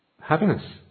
happiness